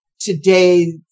today